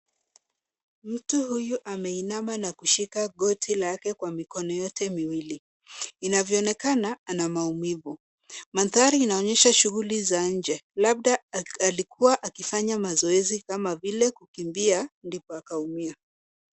Mtu huyu ameinama na kushika goti lake kwa mikono yote miwili, inavyoonekana ana maumivu. Mandhari inaonyesha shughuli za nje, labda alikuwa akifanya mazoezi kama vile kukimbia ndipo akaumia.